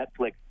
Netflix